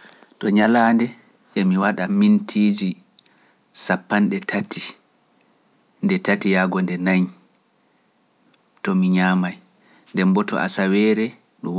nyalande emi wada sappande tati yago nde nayi(thirty to fourty mins) to asawere bo